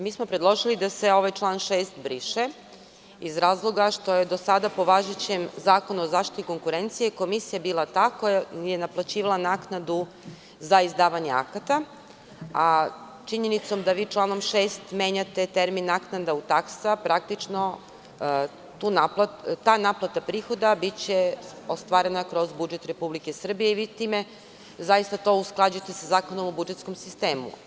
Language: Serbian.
Mi smo predložili da se ovaj član 6. briše, iz razloga što je do sada po važećem Zakonu o zaštiti konkurencije komisija bila ta koja je naplaćivala naknadu za izdavanje akata, a činjenicom da vi članom 5. menjate termin: „naknada“ u termin: „praksa“, praktično će ta naplata prihoda biti ostvarena kroz budžet Republike Srbije i vi time zaista to usklađujete sa Zakonom o budžetskom sistemu.